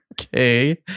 okay